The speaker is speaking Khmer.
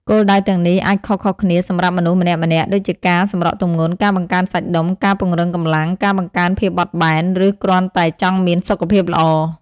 គោលដៅទាំងនេះអាចខុសៗគ្នាសម្រាប់មនុស្សម្នាក់ៗ ដូចជាការសម្រកទម្ងន់ ការបង្កើនសាច់ដុំ ការពង្រឹងកម្លាំង ការបង្កើនភាពបត់បែន ឬគ្រាន់តែចង់មានសុខភាពល្អ។